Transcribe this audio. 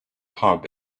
pub